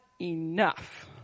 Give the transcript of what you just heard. enough